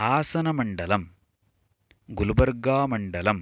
हासनमण्डलम् गुलबर्गामण्डलम्